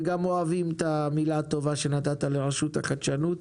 וגם אוהבים את המילה הטובה שנתת לרשות החדשנות,